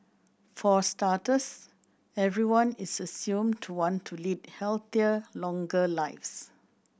for starters everyone is assumed to want to lead healthier longer lives